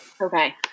Okay